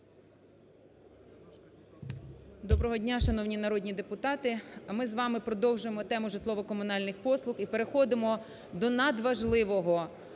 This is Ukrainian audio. Доброго дня, шановні народні депутати. Ми з вами продовжуємо тему житлово-комунальних послуг. І переходимо до надважливого